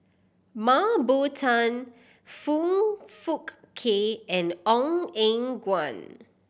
Mah Bow Tan Foong Fook Kay and Ong Eng Guan